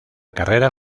carrera